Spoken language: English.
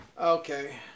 Okay